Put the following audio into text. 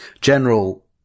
general